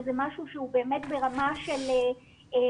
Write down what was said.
וזה משהו שהוא באמת ברמה של מנכ"לים.